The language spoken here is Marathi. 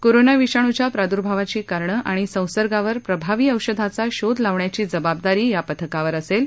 कोरोना विषाणूच्या प्रादूर्भावाची कारणं आणि संसर्गावर प्रभावी औषधाचा शोध लावण्याची जबाबदारी या पथकावर असेल